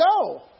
go